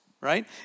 right